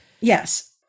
Yes